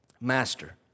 Master